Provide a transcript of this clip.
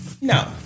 No